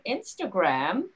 Instagram